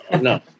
No